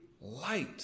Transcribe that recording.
light